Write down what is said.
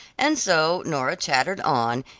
and so nora chattered on,